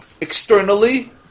externally